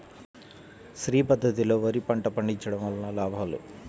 శ్రీ పద్ధతిలో వరి పంట పండించడం వలన లాభాలు?